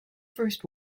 first